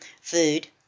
food